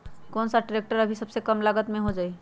कौन सा ट्रैक्टर अभी सबसे कम लागत में हो जाइ?